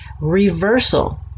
reversal